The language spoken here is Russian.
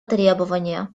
требования